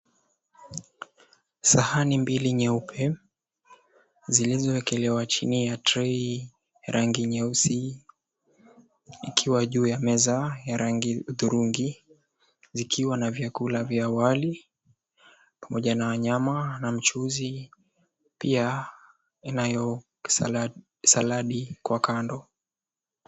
Sahani mbili nyeupe, zilizowekelewa chini ya trei ya rangi nyeusi ikiwa juu ya meza ya rangi uthurungi zikiwa na vyakula vya wali pamoja na nyama na mchuzi pia inayo saladi kwa kando.